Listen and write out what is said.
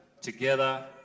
together